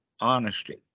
honesty